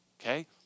okay